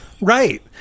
right